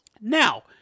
Now